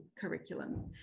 curriculum